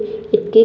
इतकी काळजी